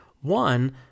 one